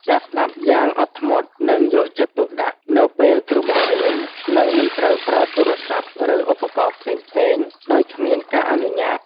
ការស្ដាប់យ៉ាងអត់ធ្មត់ និងយកចិត្តទុកដាក់នៅពេលគ្រូបង្រៀន និងមិនត្រូវប្រើទូរស័ព្ទឬឧបករណ៍ផ្សេងៗដោយគ្មានការអនុញ្ញាត។